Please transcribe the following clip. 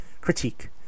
Critique